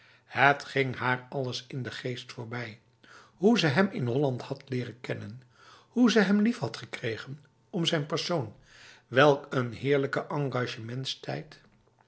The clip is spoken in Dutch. het ging haar alles in de geest voorbij hoe ze hem in holland had leren kennen hoe ze hem lief had gekregen om zijn persoon welk een heerlijke engagementstijd